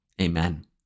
Amen